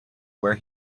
where